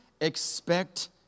expect